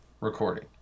recording